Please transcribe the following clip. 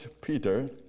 Peter